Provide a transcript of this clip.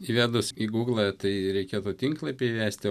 įvedus į guglą tai reikėtų tinklapį įvesti